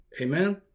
Amen